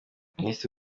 minisitiri